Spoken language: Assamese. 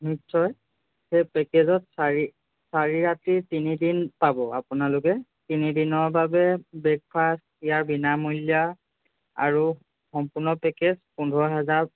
নিশ্চয় সেই পেকেজত চাৰি চাৰি ৰাতি তিনি দিন পাব আপোনালোকে তিনি দিনৰ বাবে ব্ৰেকফাষ্ট দিয়াৰ বিনামূলীয়া আৰু সম্পূৰ্ণ পেকেজ পোন্ধৰ হেজাৰ